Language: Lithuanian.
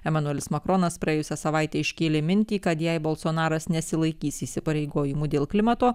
emanuelis makronas praėjusią savaitę iškėlė mintį kad jei balsonaras nesilaikys įsipareigojimų dėl klimato